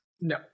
No